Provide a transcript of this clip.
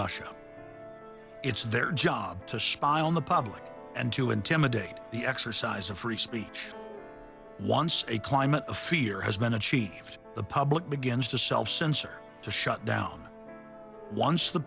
russia it's their job to spy on the public and to intimidate the exercise of free speech once a climate of fear has been achieved the public begins to self censor to shut down once the